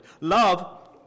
Love